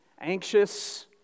Anxious